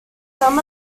some